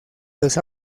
los